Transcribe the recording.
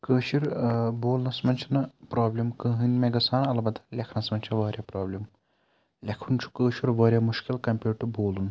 کٲشِر بولنَس منٛز چھُنہٕ پرٛابلِم کٕہٕںۍ مےٚ گژھان البتہ لیکھنَس منٛز چھِ واریاہ پرٛابلِم لیکھُن چھُ کٲشُر واریاہ مُشکل کَمیٲرٕڈ ٹُوٚ بولُن